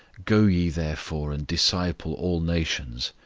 go ye therefore and disciple all nations,